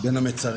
בין המצרים.